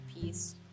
peace